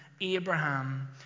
Abraham